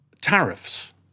tariffs